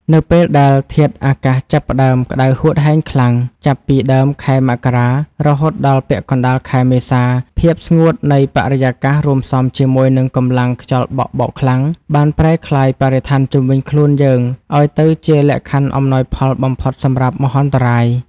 នៅពេលដែលធាតុអាកាសចាប់ផ្ដើមក្ដៅហួតហែងខ្លាំង ចាប់ពីដើមខែមករា រហូតដល់ពាក់កណ្ដាលខែមេសា ភាពស្ងួតនៃបរិយាកាសរួមផ្សំជាមួយនឹងកម្លាំងខ្យល់បក់បោកខ្លាំង បានប្រែក្លាយបរិស្ថានជុំវិញខ្លួនយើងឱ្យទៅជាលក្ខខណ្ឌអំណោយផលបំផុតសម្រាប់មហន្តរាយ។